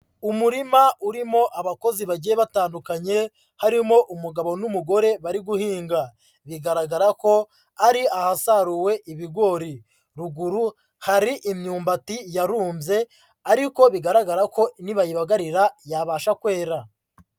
Umurima urimo abakozi bagiye batandukanye, harimo umugabo n'umugore bari guhinga, bigaragara ko ari ahasaruwe ibigori, ruguru hari imyumbati yarumbye ariko bigaragara ko nibayibagarira yabasha kwera.